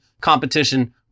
competition